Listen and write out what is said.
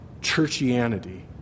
churchianity